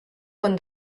con